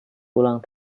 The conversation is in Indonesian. ulang